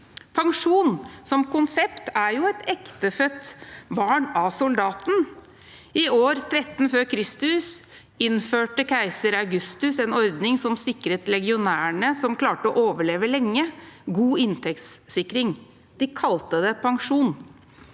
Pensjon som konsept er jo et ektefødt barn av soldaten. I år 13 f.Kr. innførte keiser Augustus en ordning som sikret legionærene som klarte å overleve lenge, god inntektssikring. De kalte det pensjon.